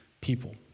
people